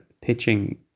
pitching